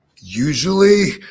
Usually